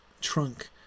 trunk